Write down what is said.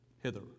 hither